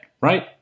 right